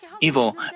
evil